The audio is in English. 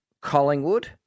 Collingwood